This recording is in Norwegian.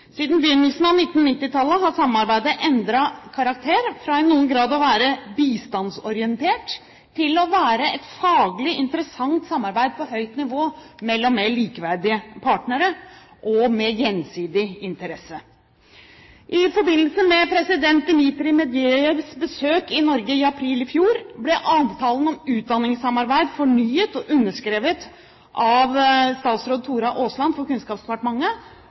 Siden begynnelsen av 1990-tallet har samarbeidet endret karakter fra i noen grad å være bistandsorientert til å være et faglig interessant samarbeid på høyt nivå mellom mer likeverdige partnere og med gjensidig interesse. I forbindelse med president Dmitrij Medvedevs besøk i Norge i april i fjor ble avtalen om utdanningssamarbeid fornyet og underskrevet av statsråd Tora Aasland for Kunnskapsdepartementet